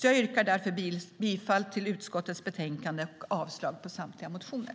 Jag yrkar därför bifall till utskottets förslag i betänkandet och avslag på samtliga motioner.